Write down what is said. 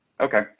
Okay